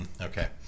okay